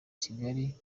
kigali